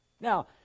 Now